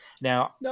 Now